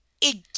It